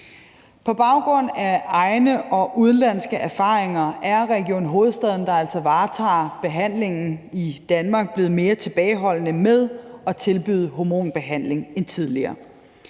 På baggrund af egne og udenlandske erfaringer er Region Hovedstaden, der altså varetager behandlingen i Danmark, blevet mere tilbageholdende med at tilbyde hormonbehandling end tidligere.